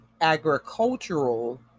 agricultural